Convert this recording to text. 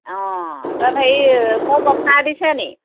অ' তাত হেৰি চব অফাৰ দিছে নি